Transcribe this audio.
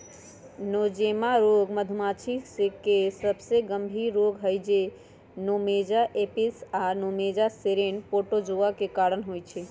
Nosema रोग मधुमाछी के सबसे गंभीर रोग हई जे नोज़ेमा एपिस आ नोज़ेमा सेरेने प्रोटोज़ोआ के कारण होइ छइ